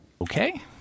Okay